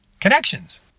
connections